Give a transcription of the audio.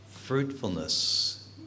Fruitfulness